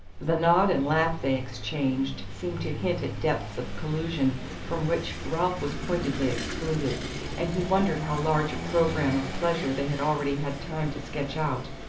the nod and laugh they exchanged seemed to hint at depths of collusion from which ralph was pointedly excluded and he wondered how large a programme of pleasure they had already had time to sketch out.